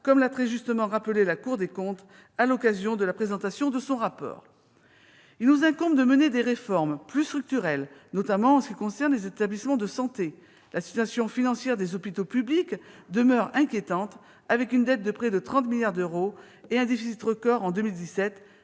comme l'a très justement fait la Cour des comptes à l'occasion de la présentation de son rapport annuel. Il nous incombe de mener des réformes plus structurelles, notamment en ce qui concerne les établissements de santé. La situation financière des hôpitaux publics demeure en effet inquiétante, avec une dette de près de 30 milliards d'euros et un déficit record en 2017,